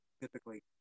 Typically